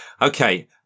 Okay